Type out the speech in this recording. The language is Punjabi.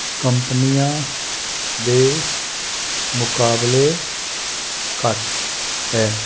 ਕੰਪਨੀਆਂ ਦੇ ਮੁਕਾਬਲੇ ਘੱਟ ਹੈ